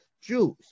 Jews